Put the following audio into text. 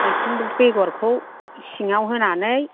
मैखुन बेगरखौ सिङाव होनानै